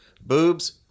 Boobs